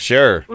Sure